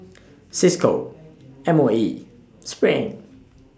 CISCO M O E SPRING